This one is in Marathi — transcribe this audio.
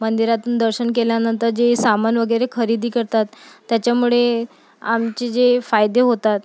मंदिरातून दर्शन केल्यानंतर जे सामान वगैरे खरेदी करतात त्याच्यामुळे आमचे जे फायदे होतात